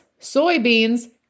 soybeans